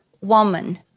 woman